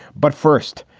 but first,